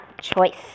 choice